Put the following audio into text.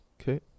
okay